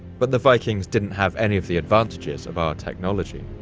but the vikings didn't have any of the advantages of our technology.